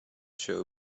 show